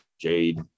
Jade